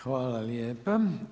Hvala lijepo.